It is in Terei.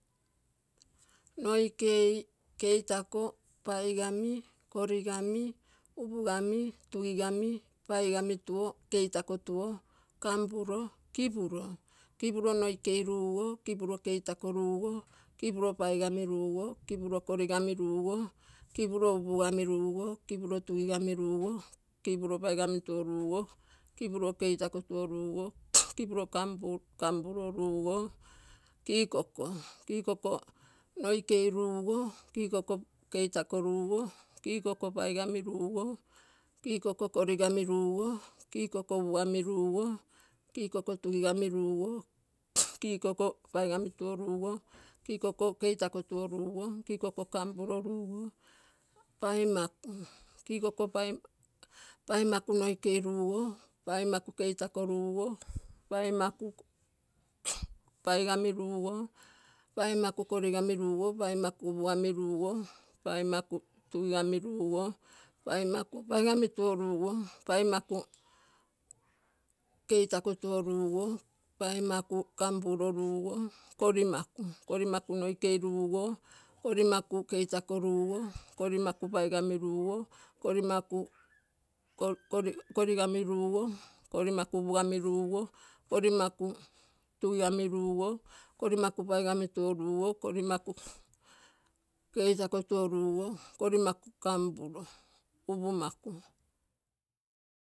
Noikei, keitako, paigami, korigami, upugami, tugigami, paigami tuo, keitako tuo, kampuro, kipuro, kipuro, noikei rugo, kipuro keitako rugo, kipuropaigami rugo kipuro korigami rugo, kipuro upugami rugo, kipuro tuhigami ugo, kipuro paigami tuo rugo, kipuro kei tako tuo rugo, kipuro kampuro rugo kikoko, kikoko noikee rugo, kikoko keitako rugo, kikoko paigami rugo, kikoko korigami rugo, kikoko upugami rugo, kikoko tugigami rugo, kikoko paigami tuorugokikoko ketako tuo rugo, kikoko kampuro rugo, paimaku, paimaku noikei rugo, paimaku keitako rugo, paimaku paigami rugo, paimaku korigami rugo, paimaku upugami rugo, paimaku tugigamu rugo, paimaku paigami tuo rugo, paimaki keitako tuo rugo, paimaku kampuro rugo, korimaku, korimaku noikei rugo, korimaku keitako rugo, korimaku paigami rugo, korimaku korigami rugo. Korimaku upugami rugo, korimaku tugigami rugo, korimaku paigami tuo rugo, korimaku keilako tuo rugo, korimaku kampuro upumaku.